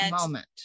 moment